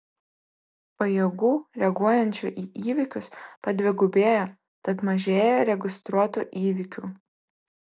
pajėgų reaguojančių į įvykius padvigubėjo tad mažėja registruotų įvykių